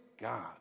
god